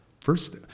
first